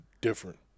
different